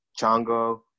Chango